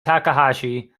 takahashi